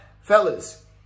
Fellas